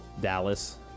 Dallas